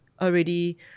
already